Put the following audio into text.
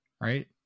right